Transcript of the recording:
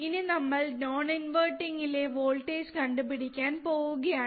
ഇനി നമ്മൾ non inverting ലെ വോൾടേജ് കണ്ടുപിടിക്കാൻ പോകുകയാണ്